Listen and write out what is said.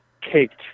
caked